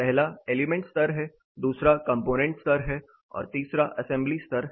पहला एलिमेंट स्तर है दूसरा कंपोनेंट स्तर है और तीसरा असेंबली स्तर है